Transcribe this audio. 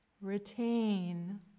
Retain